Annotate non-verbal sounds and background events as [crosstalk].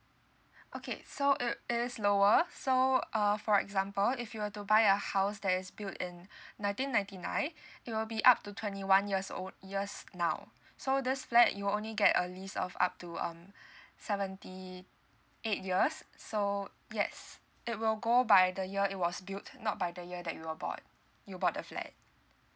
okay so it is lower so uh for example if you were to buy a house that is built in [breath] nineteen ninety nine it will be up to twenty one years old years now so this flat you will only get a lease of up to um [breath] seventy eight years so yes it will go by the year it was built not by the year that you were bought you bought the flat